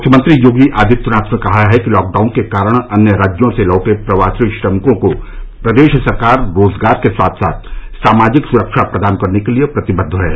मुख्यमंत्री योगी आदित्यनाथ ने कहा है कि लॉकडाउन के कारण अन्य राज्यों से लौटे प्रवासी श्रमिकों को प्रदेश सरकार रोजगार के साथ साथ सामाजिक सुरक्षा प्रदान करने के लिए प्रतिबद्ध है